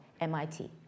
MIT